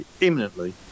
imminently